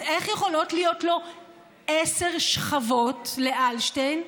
אז איך יכולות להיות לו עשר שכבות, לאלשטיין?